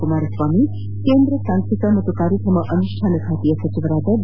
ಕುಮಾರಸ್ವಾಮಿ ಕೇಂದ್ರ ಸಾಂಖ್ಯಿಕ ಮತ್ತು ಕಾರ್ಯಕ್ರಮ ಅನುಷ್ಠಾನ ಸಚಿವ ಡಿ